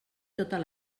totes